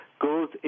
goes